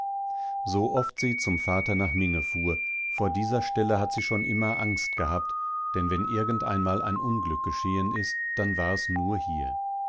so oft sie zum vater nach minge fuhr vor dieser stelle hat sie schon immer angst gehabt denn wenn irgend einmal ein unglück geschehen ist dann war es nur hier